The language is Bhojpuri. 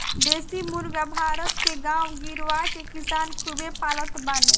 देशी मुर्गी भारत के गांव गिरांव के किसान खूबे पालत बाने